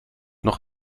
noch